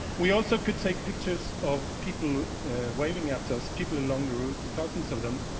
we also could take pictures of people waving at us, people along the route, thousands of them,